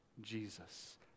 Jesus